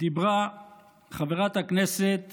דיברה חברת הכנסת